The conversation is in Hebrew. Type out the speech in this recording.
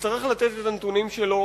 יצטרך לתת את הנתונים שלו